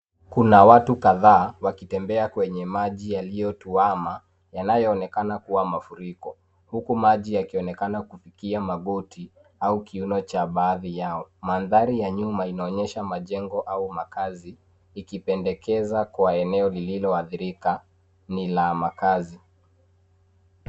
Kuna watu kadhaa wakitembea kwenye maji yaliyotuama, yanayoonekana kuwa mafuriko huku maji yakionekana kufikia magoti au kiuno cha baadhi yao. Mandhari ya nyuma inaonyesha majengo au makazi, ikipendekeza kuwa eneo lililoadhirika ni la makazi.